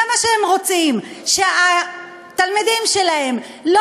זה מה שהם רוצים: שהתלמידים שלהם לא